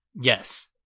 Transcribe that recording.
yes